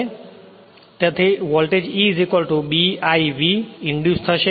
તેથી voltage E B l V induce થશે